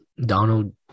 Donald